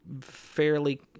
fairly